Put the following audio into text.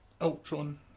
Ultron